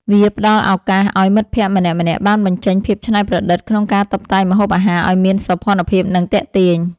វាផ្ដល់ឱកាសឱ្យមិត្តភក្តិម្នាក់ៗបានបញ្ចេញភាពច្នៃប្រឌិតក្នុងការតុបតែងម្ហូបអាហារឱ្យមានសោភ័ណភាព និងទាក់ទាញ។